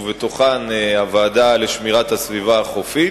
ובתוכן הוועדה לשמירת הסביבה החופית.